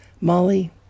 Molly